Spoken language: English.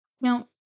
Now